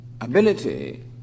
ability